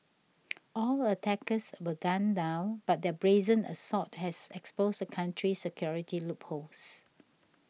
all attackers were gunned down but their brazen assault has exposed the country's security loopholes